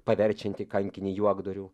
paverčiantį kankinį juokdariu